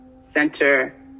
center